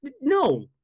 no